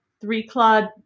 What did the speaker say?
three-clawed